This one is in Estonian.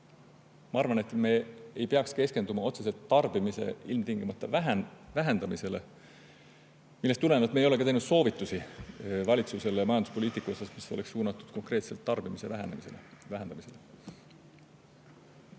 Ma arvan, et me ei peaks keskenduma otseselt tarbimise ilmtingimata vähendamisele, ja sellest tulenevalt me ei ole ka teinud soovitusi valitsusele majanduspoliitika osas, mis oleks suunatud konkreetselt tarbimise vähendamisele.